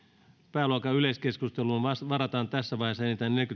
pääluokan yleiskeskusteluun varataan tässä vaiheessa enintään